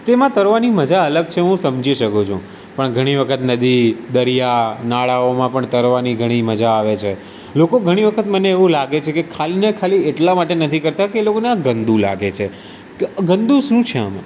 તેમાં તરવાની મજા અલગ છે હું સમજી શકું છું પણ ઘણી વખત નદી દરિયા નાળાઓમાં પણ તરવાની ઘણી મજા આવે છે લોકો ઘણી વખત મને એવું લાગે છે કે ખાલીને ખાલી એટલા માટે નથી કરતા કે એ લોકોને આ ગંદુ લાગે છે ગંદુ શું છે આમાં